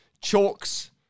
chalks